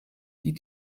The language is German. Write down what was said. die